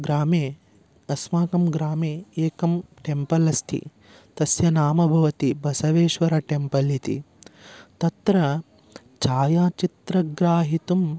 ग्रामे अस्माकं ग्रामे एकं टेम्पल् अस्ति तस्य नाम भवति बसवेश्वर टेम्पल् इति तत्र छायाचित्रं गृहीतुम्